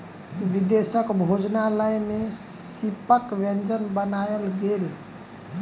विदेशक भोजनालय में सीपक व्यंजन बनायल गेल